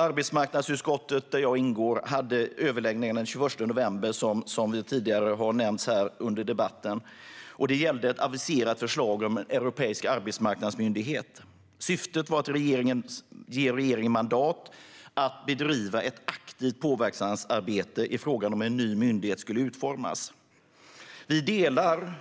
Arbetsmarknadsutskottet, där jag ingår, hade den 21 november en överläggning med regeringen om det aviserade förslaget om en europeisk arbetsmarknadsmyndighet. Syftet var att ge regeringen mandat att bedriva ett aktivt påverkansarbete i frågan hur en ny myndighet ska utformas. Vi delar